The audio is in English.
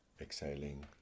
Exhaling